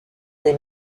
des